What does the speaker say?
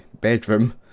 bedroom